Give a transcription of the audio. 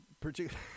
particular